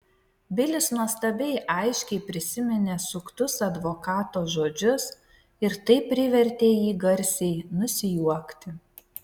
bilis nuostabiai aiškiai prisiminė suktus advokato žodžius ir tai privertė jį garsiai nusijuokti